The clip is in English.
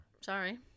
Sorry